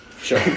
Sure